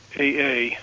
AA